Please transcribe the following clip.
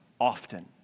often